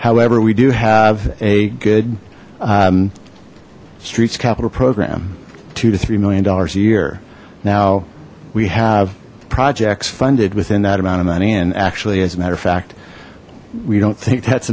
however we do have a good streets capital program two to three million dollars a year now we have projects funded within that amount of money and actually as a matter of fact we don't think that's